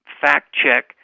fact-check